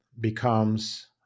becomes